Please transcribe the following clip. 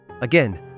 Again